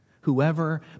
Whoever